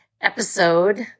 episode